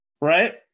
Right